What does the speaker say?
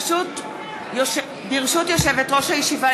ברשות יושבת-ראש הישיבה,